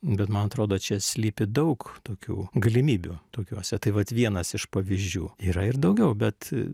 bet man atrodo čia slypi daug tokių galimybių tokiose tai vat vienas iš pavyzdžių yra ir daugiau bet